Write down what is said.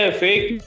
fake